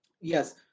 Yes